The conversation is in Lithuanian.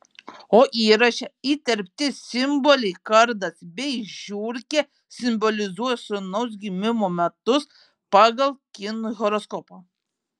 o įraše įterpti simboliai kardas bei žiurkė simbolizuoja sūnaus gimimo metus pagal kinų horoskopą